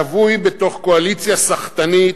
שבוי בתוך קואליציה סחטנית,